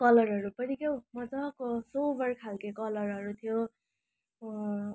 कलरहरू पनि क्याउ मजाको सोबर खालको कलरहरू थियो